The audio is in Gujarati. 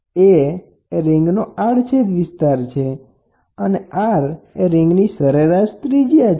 A એ રીંગનો આડછેદ વિસ્તાર છે અને r એ રીંગની સરેરાશ ત્રિજ્યા છે